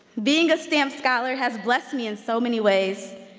being a stamp scholar has blessed me in so many ways.